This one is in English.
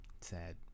Sad